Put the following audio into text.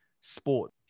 sport